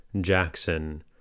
Jackson